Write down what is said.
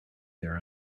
there